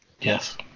Yes